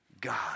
God